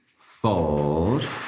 Fold